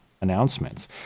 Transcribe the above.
announcements